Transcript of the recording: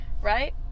right